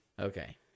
Okay